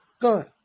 Go